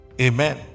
Amen